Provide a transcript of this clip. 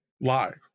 live